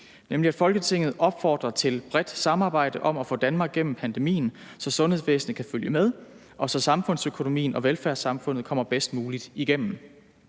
vedtagelse »Folketinget opfordrer til bredt samarbejde om at få Danmark gennem pandemien, så sundhedsvæsenet kan følge med, og så samfundsøkonomien og velfærdssamfundet kommer bedst muligt igennem.